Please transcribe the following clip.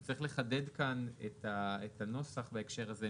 אז צריך לחדד כאן את הנוסח בהקשר הזה,